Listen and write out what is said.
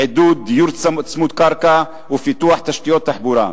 עידוד דיור צמוד-קרקע ופיתוח תשתיות תחבורה.